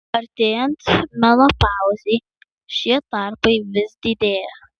artėjant menopauzei šie tarpai vis didėja